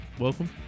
welcome